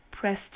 press